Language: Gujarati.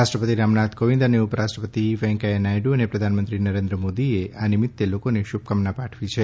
રાષ્ટ્રપતિ રામનાથ કોવિંદ અને ઉપરાષ્ટ્રપતિ વૈકૈયા નાયડુ અને પ્રધાનમંત્રી નરેન્દ્ર મોદીએ આ નિમિત્તે લોકોને શુભકામનાં પાઠવી છે